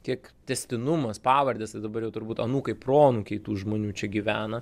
kiek tęstinumas pavardės tai dabar jau turbūt anūkai proanūkiai tų žmonių čia gyvena